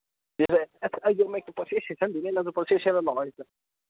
ꯑꯁ ꯑꯩꯗꯤ ꯄꯪꯁꯦꯠ ꯁꯦꯠꯆꯟꯗꯣꯏꯅꯦ ꯅꯪꯁꯨ ꯄꯪꯁꯦꯠ ꯁꯦꯠꯂꯒ ꯂꯥꯛꯑꯣ ꯍꯦꯛꯇ